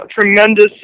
tremendous